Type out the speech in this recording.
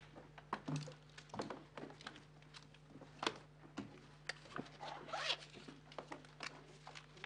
11:51.